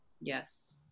Yes